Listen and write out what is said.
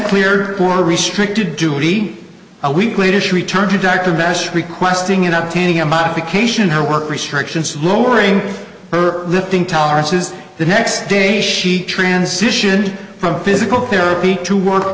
cleared for a restricted duty a week later she returned to director best requesting it up tending a modification her work restrictions lowering her lifting tolerances the next day she transitioned from physical therapy to work